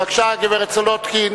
בבקשה, הגברת סולודקין.